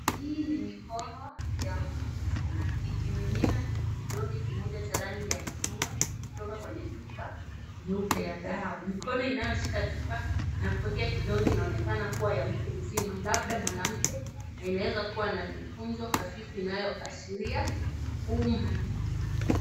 Hii ni mikono ya mtu, ikimimina kidonge kimoja cha rangi ya machungwa kutoka kwenye chupa nyeupe ya dawa. Mikono inayoshika chupa na kuekea kidonge inaonekana kuwa ya mtu mzima, labda mwanamke, na inaweza kuwa mikunjo hafifu inayoashiria umri.